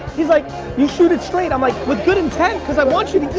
he's like you shoot it straight. i'm like with good intent, cause i want you